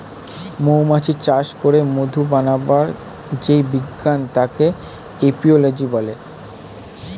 মৌমাছি চাষ করে মধু বানাবার যেই বিজ্ঞান তাকে এপিওলোজি বলে